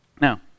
Now